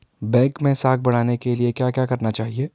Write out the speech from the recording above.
Bank मैं साख बढ़ाने के लिए क्या क्या करना चाहिए?